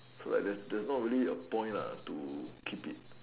so like there's there's not really a point lah to keep it